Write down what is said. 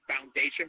foundation